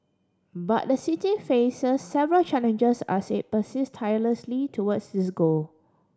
but the city faces several challenges as it persist tirelessly towards this goal